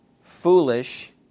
foolish